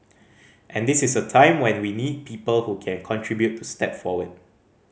and this is a time when we need people who can contribute to step forward